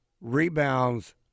rebounds